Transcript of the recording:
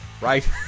right